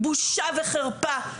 בושה וחרפה,